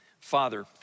Father